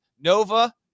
Nova